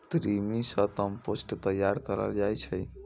कृमि सं कंपोस्ट तैयार कैल जाइ छै